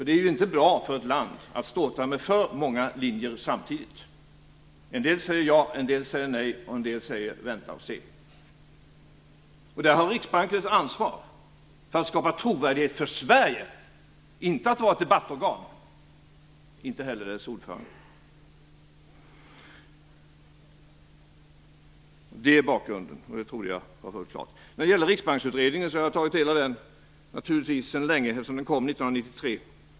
Det är inte bra för ett land att ståta med för många linjer samtidigt. En del säger ja, en del säger nej och en del säger att vi skall vänta och se. Riksbanken har ett ansvar för att skapa trovärdighet för Sverige. Den skall inte vara ett debattorgan. Det skall inte heller dess ordförande vara. Det är bakgrunden. Det trodde jag var fullt klart. Riksbanksutredningen har jag naturligtvis tagit del av sedan länge. Den kom ju 1993.